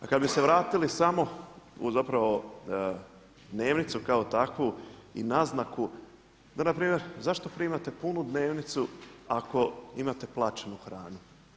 A kad bi se vratili samo u zapravo dnevnicu kao takvu i naznaku da na primjer zašto primate punu dnevnicu ako imate plaćenu hranu?